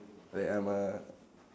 like I'm a